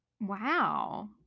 Wow